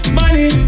money